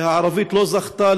והערבית לא זכתה